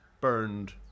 burned